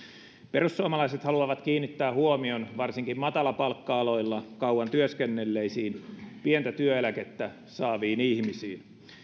perussuomalaiset haluavat kiinnittää huomion varsinkin matalapalkka aloilla kauan työskennelleisiin pientä työeläkettä saaviin ihmisiin